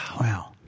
wow